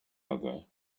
other